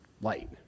light